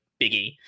Biggie